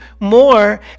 more